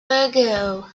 ago